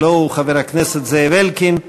הלוא הוא חבר הכנסת זאב אלקין.